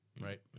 Right